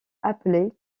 appelé